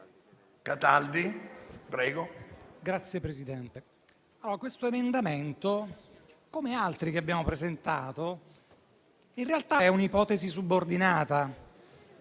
questo emendamento, come altri che abbiamo presentato, in realtà è un'ipotesi subordinata.